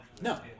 No